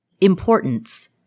importance